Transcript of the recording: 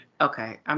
okay